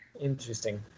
Interesting